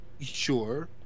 Sure